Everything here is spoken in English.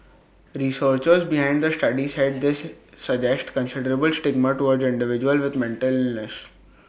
researchers behind the study said this suggests considerable stigma towards individuals with mental illness